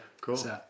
cool